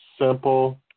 simple